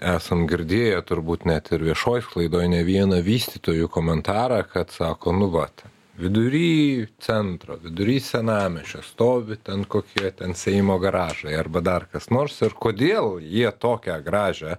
esam girdėję turbūt net ir viešoj laidoj ne vieną vystytojų komentarą kad sako nu vat vidury centro vidury senamiesčio stovi ten kokie ten seimo garažai arba dar kas nors ir kodėl jie tokią gražią